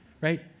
right